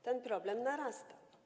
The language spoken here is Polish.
Ten problem narasta.